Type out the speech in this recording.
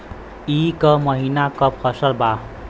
ई क महिना क फसल बा?